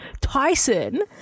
Tyson